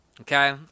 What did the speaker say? Okay